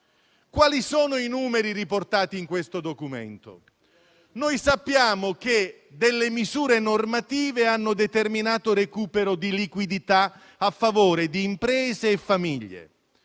Quali sono i numeri riportati in questo documento? Noi sappiamo che alcune misure normative hanno determinato un recupero di liquidità a favore di imprese e famiglie;